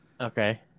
Okay